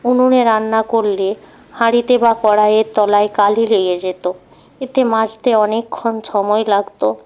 উনুনে রান্না করলে হাঁড়িতে বা কড়াইয়ের তলায় কালি লেগে যেত এতে মাজতে অনেকক্ষণ সময় লাগতো